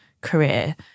career